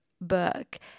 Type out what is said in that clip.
book